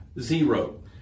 zero